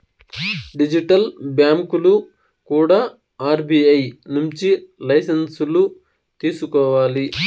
digital బ్యాంకులు కూడా RBI నుంచి లైసెన్సులు తీసుకోవాలి